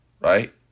right